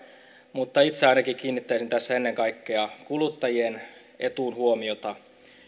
mutta itse ainakin kiinnittäisin tässä ennen kaikkea kuluttajien etuun huomiota